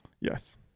Yes